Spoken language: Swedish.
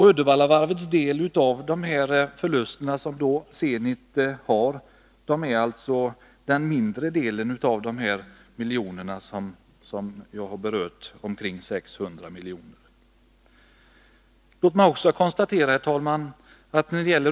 Uddevallavarvets del av Zenits förluster utgör en mindre del av de omkring 600 miljoner som jag har nämnt.